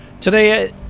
today